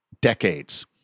decades